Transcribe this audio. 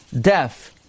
deaf